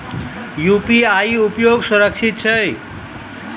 UPI उपयोग सुरक्षित छै?